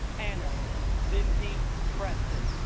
anna lindsey preston